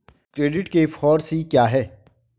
Credit के four C क्या हैं?